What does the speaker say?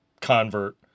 convert